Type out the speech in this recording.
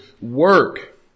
Work